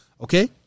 okay